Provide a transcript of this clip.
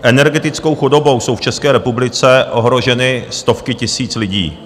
Energetickou chudobou jsou v České republice ohroženy stovky tisíc lidí.